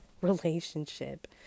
relationship